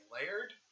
layered